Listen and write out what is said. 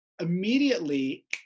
immediately